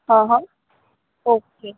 હા હા ઓકે